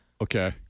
okay